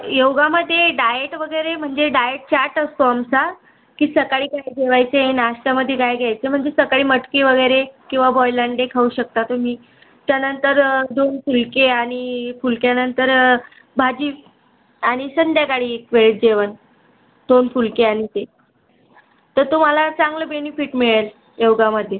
योगामध्ये डाएट वगैरे म्हणजे डाएट चार्ट असतो आमचा की सकाळी काय जेवायचं आहे नाश्त्यामध्ये काय घ्यायचं आहे म्हणजे सकाळी मटकी वगैरे किंवा बॉइल अंडे खाऊ शकता तुम्ही त्यानंतर दोन फुलके आणि फुलक्यानंतर भाजी आणि संध्याकाळी वेळेत जेवण दोन फुलके आणि ते तर तुम्हाला चांगलं बेनिफिट मिळेल योगामध्ये